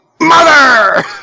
Mother